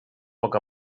poc